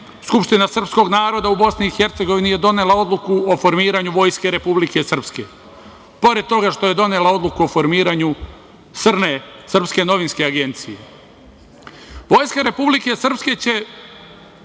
Skupština srpskog naroda u Bosni i Hercegovini je donela odluku o formiranju Vojske Republike Srpske. Pored toga što je donela odluku o formiranju „Srne“ srpske novinske agencije. Vojska Republike Srpske će